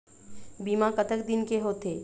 बीमा कतक दिन के होते?